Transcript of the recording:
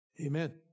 Amen